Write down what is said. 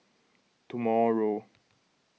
tomorrow